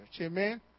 Amen